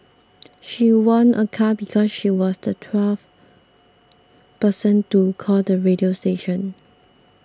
she won a car because she was the twelfth person to call the radio station